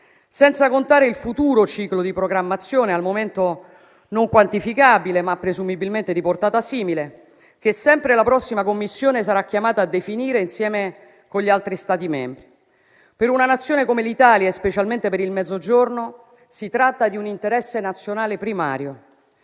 senza contare il futuro ciclo di programmazione al momento non quantificabile, ma presumibilmente di portata simile, che sempre la prossima Commissione sarà chiamata a definire insieme agli altri Stati membri. Per una Nazione come l'Italia, e specialmente per il Mezzogiorno, si tratta di un interesse nazionale primario.